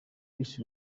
this